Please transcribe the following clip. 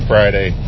Friday